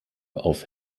auf